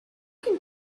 can